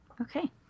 okay